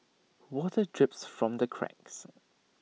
water drips from the cracks